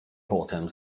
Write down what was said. potem